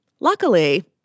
Luckily